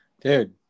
Dude